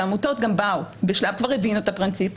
העמותות גם באו בשלב שהן כבר הבינו את הפרינציפ,